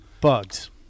Bugs